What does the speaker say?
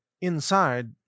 inside